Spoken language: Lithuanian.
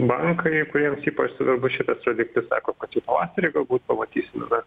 bankai kuriems ypač svarbus šitas rodiklis sako kad jau pavasarį galbūt pamatysim tada